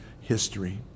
history